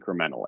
incrementally